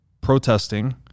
protesting